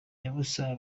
nyabusa